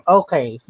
okay